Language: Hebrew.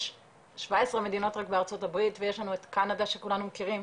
יש 17 מדינות רק בארצות הברית ויש לנו את קנדה שכולנו מכירים,